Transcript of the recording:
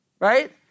Right